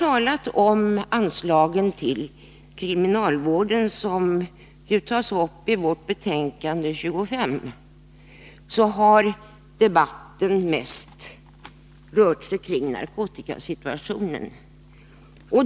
Debatten om anslag till kriminalvården, en fråga som tas upp i justitieutskottets betänkande 25, har mest rört sig kring narkotikasituationen.